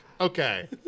Okay